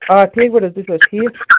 آ ٹھیٖک پٲٹھۍ حظ تُہۍ چھِو حظ ٹھیٖک